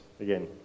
Again